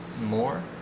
more